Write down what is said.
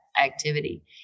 activity